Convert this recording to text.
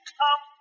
come